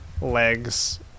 legs